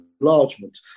enlargement